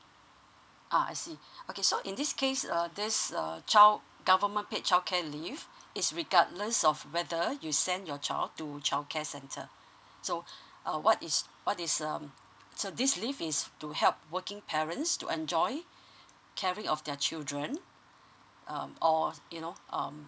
uh I see okay so in this case err this uh child government paid childcare leave is regardless of whether you send your child to childcare center so uh what is what is um so this leave is to help working parents to enjoy caring of their children um or you know um